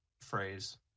phrase